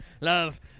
Love